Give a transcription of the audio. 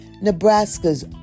Nebraska's